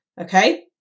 okay